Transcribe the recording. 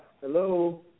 Hello